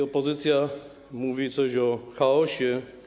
Opozycja mówi coś o chaosie.